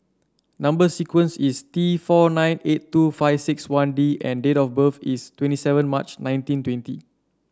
number sequence is T four nine eight two five six one D and date of birth is twenty seven March nineteen twenty